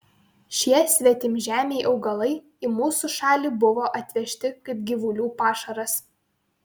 šie svetimžemiai augalai į mūsų šalį buvo atvežti kaip gyvulių pašaras